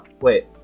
wait